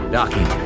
Docking